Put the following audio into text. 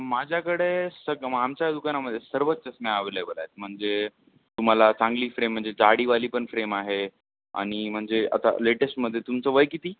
माझ्याकडे सग मग आमच्या दुकानामध्ये सर्वच चष्म्या अव्हेलेबल आहेत म्हणजे तुम्हाला चांगली फ्रेम म्हणजे जाडीवालीपण फ्रेम आहे आणि म्हणजे आता लेटेस्टमध्ये तुमचं वय किती